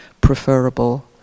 preferable